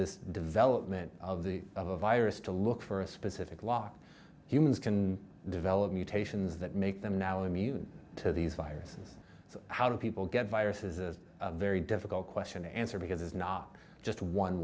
this development of the virus to look for a specific lot humans can develop mutations that make them now immune to these viruses so how do people get viruses is very difficult question to answer because there's not just one